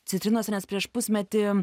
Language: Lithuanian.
citrinose nes prieš pusmetį